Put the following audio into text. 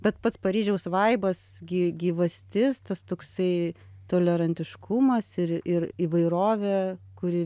bet pats paryžiaus vaibas gy gyvastis tas toksai tolerantiškumas ir ir įvairovė kuri